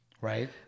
right